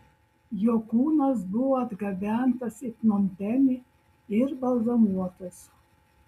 jo kūnas buvo atgabentas į pnompenį ir balzamuotas